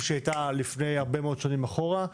שהיא הייתה לפני הרבה מאוד שנים אחורה,